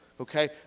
Okay